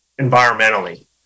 environmentally